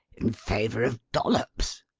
in favour of dollops!